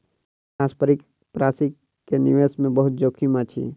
पारस्परिक प्राशि के निवेश मे बहुत जोखिम अछि